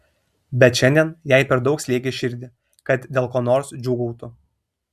bet šiandien jai per daug slėgė širdį kad dėl ko nors džiūgautų